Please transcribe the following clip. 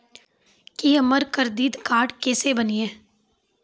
की हमर करदीद कार्ड केसे बनिये?